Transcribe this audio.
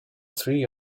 three